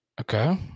Okay